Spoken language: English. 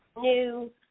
new